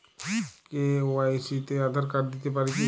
KYC তে Aadhaar card দিতে পারি কি?